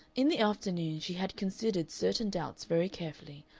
in the afternoon she had considered certain doubts very carefully,